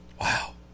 Wow